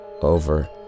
Over